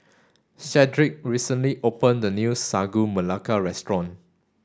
Shedrick recently opened a new Sagu Melaka restaurant